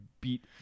beat